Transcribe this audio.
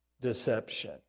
deception